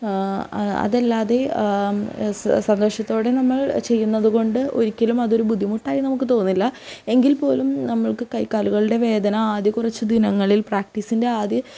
അതല്ലാതെ സന്തോഷത്തോടെ നമ്മൾ ചെയ്യുന്നതുകൊണ്ട് ഒരിക്കലും അതൊരു ബുദ്ധിമുട്ടായി നമുക്ക് തോന്നില്ല എങ്കിൽ പോലും നമ്മൾക്ക് കൈകാലുകളുടെ വേദന ആദ്യ കുറച്ച് ദിനങ്ങളിൽ പ്രാക്റ്റീസിൻ്റെ ആദ്യ